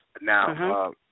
Now